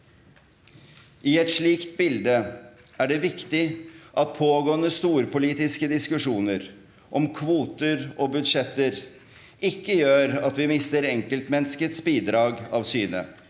I et slikt bilde er det viktig at pågående storpolitiske diskusjoner om kvoter og budsjetter ikke gjør at vi mister enkeltmenneskets bidrag av syne.